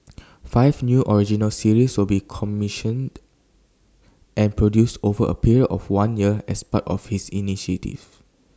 five new original series will be commissioned and produced over A period of one year as part of his initiative